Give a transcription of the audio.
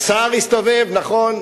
השר הסתובב, נכון.